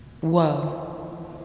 whoa